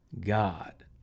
God